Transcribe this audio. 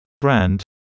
brand